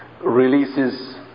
releases